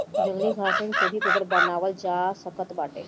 जंगली घासन से भी पेपर बनावल जा सकत बाटे